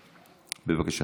בבקשה.